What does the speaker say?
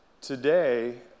today